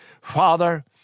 Father